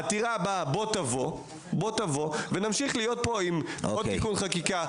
העתירה הבאה בוא תבוא ונמשיך להיות פה עם עוד תיקון חקיקה,